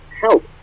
help